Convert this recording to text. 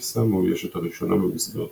הטיסה המאוישת הראשונה במסגרתה,